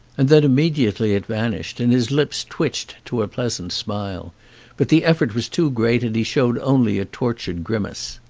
and then immediately it van ished and his lips twitched to a pleasant smile but the effort was too great and he showed only a tortured grimace.